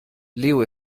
leo